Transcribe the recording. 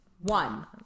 One